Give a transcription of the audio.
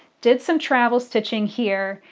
did some travel stitching here,